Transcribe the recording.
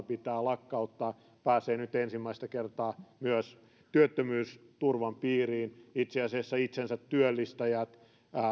pitää lakkauttaa pääsee nyt ensimmäistä kertaa myös työttömyysturvan piiriin itse asiassa itsensätyöllistäjät